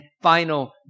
final